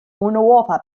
unuopa